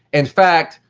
in fact,